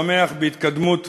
השמח בהתקדמות